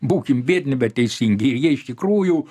būkim biedni bet teisingi ir jie iš tikrųjų